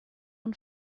own